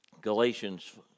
Galatians